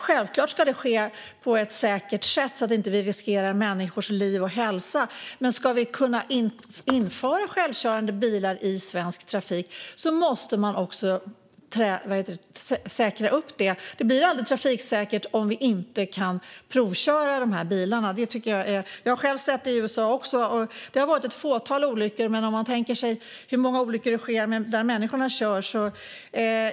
Självklart ska det ske på ett säkert sätt så att vi inte riskerar människors liv och hälsa, men ska vi kunna införa självkörande bilar i svensk trafik måste detta säkras. Det blir aldrig trafiksäkert om vi inte kan provköra dessa bilar. Jag har själv sett att det har varit ett fåtal olyckor i USA. Men man kan tänka sig hur många olyckor som sker när människor kör.